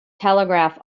telegraph